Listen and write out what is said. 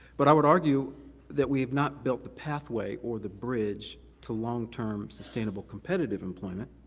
but i would argue that we have not built the pathway or the bridge to long-term, sustainable, competitive employment.